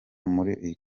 muri